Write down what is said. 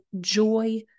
joy